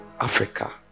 Africa